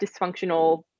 dysfunctional